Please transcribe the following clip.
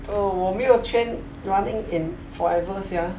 哦我没有 train running in forever sia